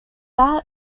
that